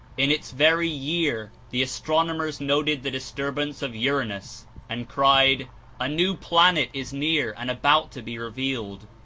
in its very year the astronomers noted the distur bance of uranus and cried a new planet is near and about to be revealed!